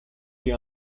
the